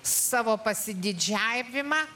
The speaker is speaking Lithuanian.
savo pasididžiavimą